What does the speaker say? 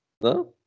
No